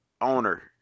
owner